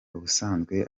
ubusanzwe